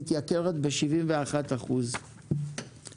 התייקרות בגובה של 71 אחוזים בנסיעה פנימית.